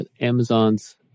Amazon's